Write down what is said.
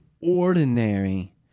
ordinary